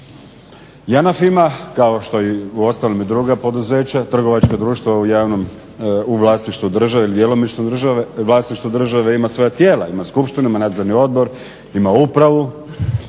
JANAF ima kao što i uostalom i druga poduzeća, trgovačka društva u javnom, u vlasništvu države ili djelomično vlasništvu države ima svoja tijela, ima skupštinu, ima nadzorni odbor, ima upravu.